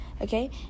okay